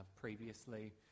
previously